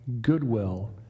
Goodwill